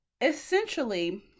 essentially